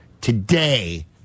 today